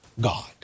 God